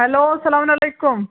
hello اسلامُ وعلیکُم